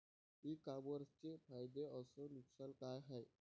इ कामर्सचे फायदे अस नुकसान का हाये